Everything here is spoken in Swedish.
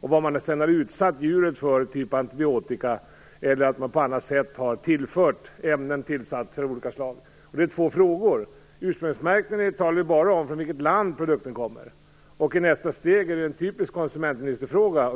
på vad man har utsatt djuret för när det gäller antibiotika eller om man har tillfört ämnen av olika slag. Det är två olika frågor. Ursprungsmärkningen talar bara om från vilket land produkten kommer. I nästa steg är det en typisk konsumentministerfråga.